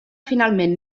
finalment